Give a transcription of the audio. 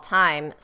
time